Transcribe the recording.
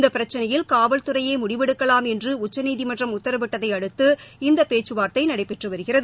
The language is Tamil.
இந்த பிரச்சினையில் காவல்துறையே முடிவெடுக்கலாம் என்று உச்சநீதிமன்றம் உத்தரவிட்டதை அடுத்து இந்த பேச்சுவார்த்தை நடைபெற்று வருகிறது